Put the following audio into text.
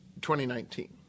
2019